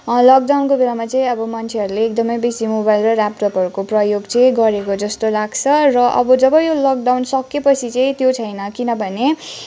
लकडउनको बेलामा चाहिँ आबो मन्छेहरूले एकदमै बेसी मोबाइल र ल्यापटपहरूको प्रयोग चाहिँ गरेको जस्तो लाग्छ र अब जब यो लकडउन सकिएपछि चाहिँ त्यो छैन किनभने